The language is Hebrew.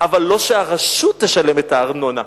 אבל לא שהרשות תשלם את הארנונה.